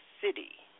city